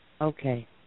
Okay